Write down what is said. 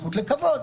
זכות לכבוד,